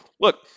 Look